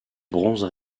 bronze